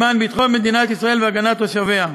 למען ביטחון מדינת ישראל והגנת תושביה.